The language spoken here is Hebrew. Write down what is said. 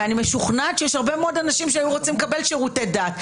ואני משוכנעת שיש הרבה מאוד אנשים שהיו רוצים לקבל שירותי דת,